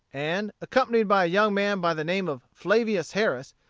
and, accompanied by a young man by the name of flavius harris,